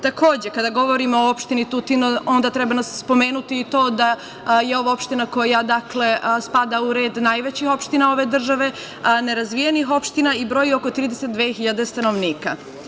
Takođe, kada govorimo o opštini Tutin, onda treba spomenuti i to da je ovo opština koja dakle spada u red najvećih opština ove države, nerazvijenih opština i broji oko 32.000 stanovnika.